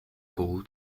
call